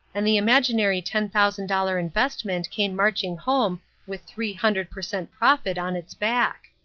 and the imaginary ten-thousand-dollar investment came marching home with three hundred per cent. profit on its back!